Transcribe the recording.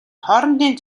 хоорондын